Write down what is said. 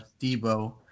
Debo